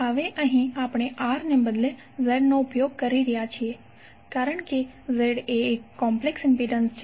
હવે અહીં આપણે R ને બદલે Z નો ઉપયોગ કરી રહ્યા છીએ કારણ કે Z એ એક કોમ્પ્લેક્સ ઇમ્પિડન્સ છે